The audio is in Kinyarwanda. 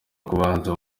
kubanza